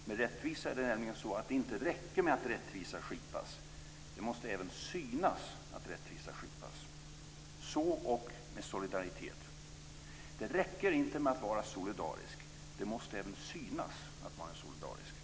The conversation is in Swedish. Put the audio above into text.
Med rättvisa är det nämligen så att det inte räcker med att rättvisa skipas - det måste även synas att rättvisa skipas. Så ock med solidaritet. Det räcker inte med att vara solidarisk. Det måste även synas att man är solidarisk.